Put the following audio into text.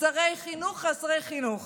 שרי חינוך חסרי חינוך.